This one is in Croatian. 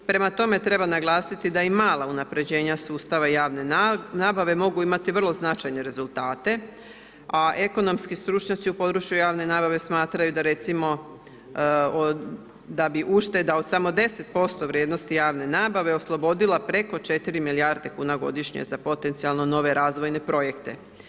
Prema tome treba naglasiti da i mala unaprjeđenja sustava javne nabave mogu imati vrlo značajne rezultate a ekonomski stručnjaci u području javne nabave smatraju da recimo, da bi ušteda od samo 10% vrijednosti javne nabave oslobodila preko 4 milijarde kuna godišnje za potencijalno nove razvoje projekte.